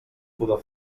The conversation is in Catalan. pudor